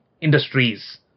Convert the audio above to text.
industries